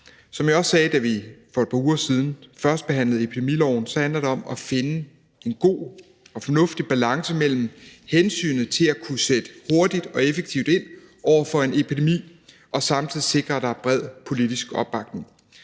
Som jeg også sagde, da vi for et par uger siden førstebehandlede epidemiloven, handler det om at finde en god og fornuftig balance mellem hensynet til at kunne sætte hurtigt og effektivt ind over for en epidemi og samtidig sikre, at der er bred politisk opbakning.